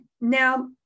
Now